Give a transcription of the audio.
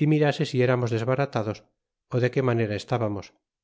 y mirase si eramos desbaratados ó de qué manera estábamos